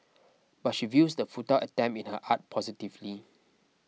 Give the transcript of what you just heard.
but she views the futile attempt in her art positively